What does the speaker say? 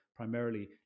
primarily